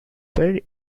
very